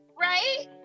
right